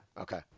Okay